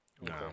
No